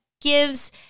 gives